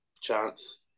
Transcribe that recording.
chance